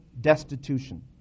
destitution